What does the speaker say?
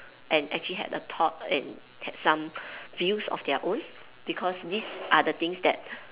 and actually have a thought and have some views of their own because these are the things that